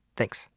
Thanks